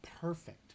perfect